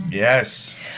Yes